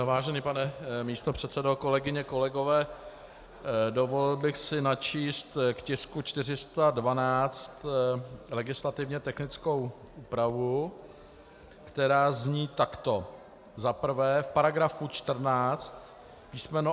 Vážený pane místopředsedo, kolegyně, kolegové, dovolil bych si načíst k tisku 412 legislativně technickou úpravu, která zní takto: Za prvé, v § 14 písm.